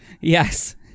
Yes